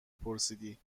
پرسیدی